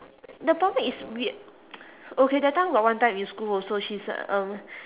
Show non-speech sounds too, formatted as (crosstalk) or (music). the problem is we (noise) okay that time got one time in school also she's um